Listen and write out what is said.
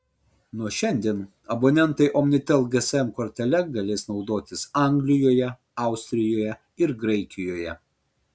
nuo šiandien abonentai omnitel gsm kortele galės naudotis anglijoje austrijoje ir graikijoje